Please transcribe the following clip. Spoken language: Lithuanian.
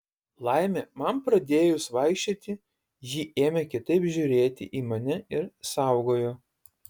laimė man pradėjus vaikščioti ji ėmė kitaip žiūrėti į mane ir saugojo